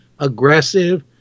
aggressive